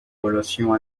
relations